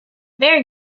very